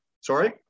sorry